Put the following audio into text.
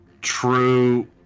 true